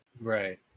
Right